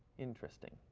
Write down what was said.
interesting.